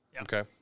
Okay